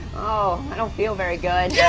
oh, i don't feel very good. yeah